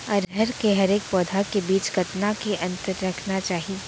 अरहर के हरेक पौधा के बीच कतना के अंतर रखना चाही?